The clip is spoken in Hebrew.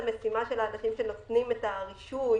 המשימה של הרופאים שנותנים את הרישוי,